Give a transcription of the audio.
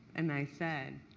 and i said,